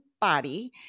body